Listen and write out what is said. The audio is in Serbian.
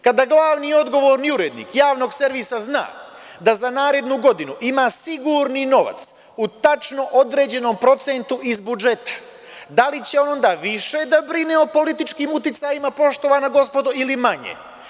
Kada glavni i odgovorni urednik javnog servisa zna da za narednu godinu ima sigurni novac, u tačno određenom procentu iz budžeta, da li će onda više da brine o političkim uticajima, poštovana gospodo, ili manje?